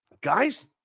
guys